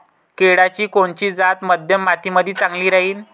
केळाची कोनची जात मध्यम मातीमंदी चांगली राहिन?